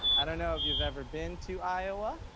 i done know if you have ever been to iowa.